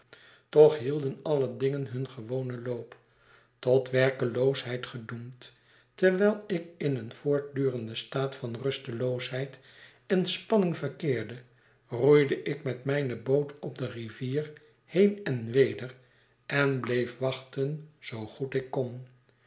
toch hielden alle dingen hun gewonen loop tot werkeloosheid gedoemd terwijl ik in een voortdurenden staat van rusteloosheid en spanning verkeerde roeide ik met mijne boot op de rivier heen en wederenbleef wachten zoo goed ik kon